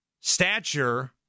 stature